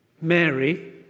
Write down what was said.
Mary